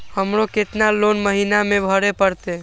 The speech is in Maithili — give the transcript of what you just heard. हमरो केतना लोन महीना में भरे परतें?